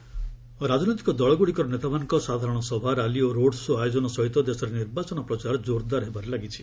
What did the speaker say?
ରିଭ୍ LS polls ରାଜନୈତିକ ଦଳଗୁଡ଼ିକର ନେତାମାନଙ୍କ ସାଧାରଣ ସଭା ରାଲି ଓ ରୋଡ୍ ଶୋ' ଆୟୋଜନ ସହିତ ଦେଶରେ ନିର୍ବାଚନ ପ୍ରଚାର ଜୋରଦାର ହେବାରେ ଲାଗିଛି